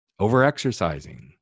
overexercising